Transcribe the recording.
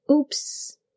oops